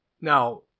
Now